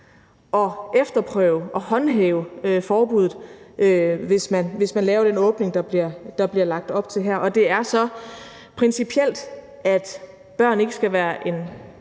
at efterprøve og håndhæve forbuddet, hvis man laver den åbning, der bliver lagt op til her. Det er så principielt, at børn ikke skal være en